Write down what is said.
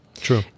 True